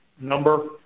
number